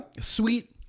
sweet